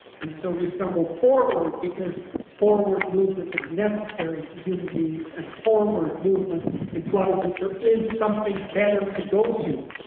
and so we stumble forward because forward movement is necessary to human beings and forward movement implies that there is something better to go to.